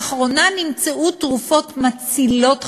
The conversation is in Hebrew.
לאחרונה נמצאו תרופות מצילות חיים,